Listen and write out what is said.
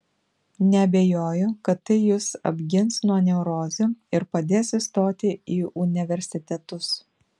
neabejoju kad tai jus apgins nuo neurozių ir padės įstoti į universitetus